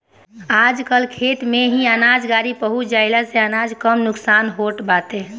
आजकल खेते में ही अनाज गाड़ी पहुँच जईले से अनाज कम नुकसान होत बाटे